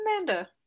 Amanda